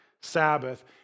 Sabbath